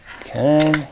Okay